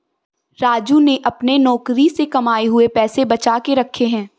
राजू ने अपने नौकरी से कमाए हुए पैसे बचा के रखे हैं